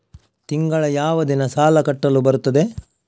ತಿಂಗಳ ಯಾವ ದಿನ ಸಾಲ ಕಟ್ಟಲು ಬರುತ್ತದೆ?